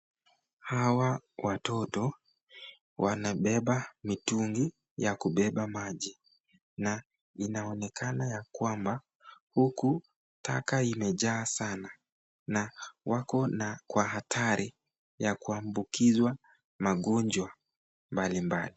Hawa watoto wanabeba mitungi ya kubeba maji na inaonekana ya kwamba huku taka imejaa sana na wako kwa hatari ya kuambukizwa magonjwa mbalimbali.